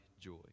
joy